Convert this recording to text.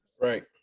Right